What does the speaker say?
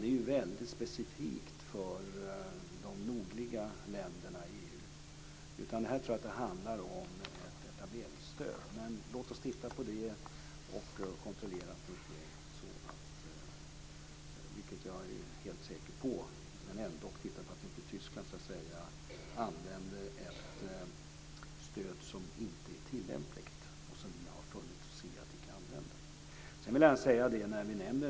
Det är ju väldigt specifikt för de nordliga länderna i EU. Här tror jag att det handlar om ett etableringsstöd. Men låt oss titta på det, och ändå kontrollera att inte Tyskland - vilket jag är helt säker på - använder ett stöd som inte är tillämpligt och som vi har funnit oss i att icke använda.